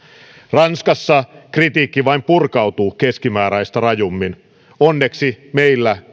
ranskassa kritiikki vain purkautuu keskimääräistä rajummin onneksi meillä